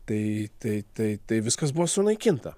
tai tai tai tai viskas buvo sunaikinta